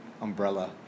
umbrella